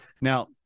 Now